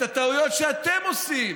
את הטעויות שאתם עושים.